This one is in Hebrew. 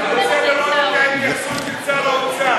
אני רוצה לראות את ההתייחסות של שר האוצר.